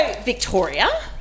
Victoria